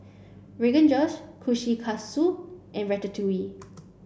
Rogan Josh Kushikatsu and Ratatouille